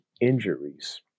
injuries